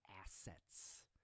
assets